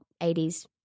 80s